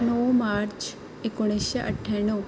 णव मार्च एकुणीशें अठ्ठ्याण्णव